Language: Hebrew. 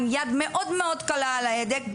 עם יד מאוד מאוד קלה על ההדק,